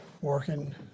working